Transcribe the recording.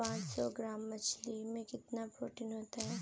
पांच सौ ग्राम मछली में कितना प्रोटीन होता है?